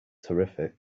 terrific